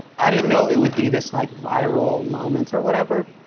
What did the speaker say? i didn't know it would be this like, viral moment or whatever.